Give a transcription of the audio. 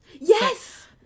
yes